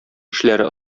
эшләре